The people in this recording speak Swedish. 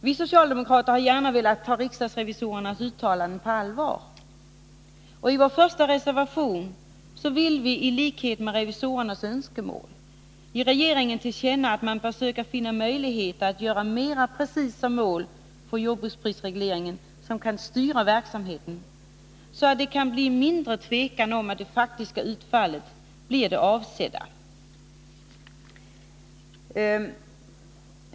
Vi socialdemokrater har gärna velat ta riksdagsrevisorernas uttalande på allvar. I vår reservation nr 1 vill vi i likhet med revisorerna ge regeringen till känna att man bör försöka finna mera precisa mål för jordbruksprisregleringen, så att verksamheten kan styras. Då skulle det bli mindre tvekan om att det faktiska utfallet blir det avsedda.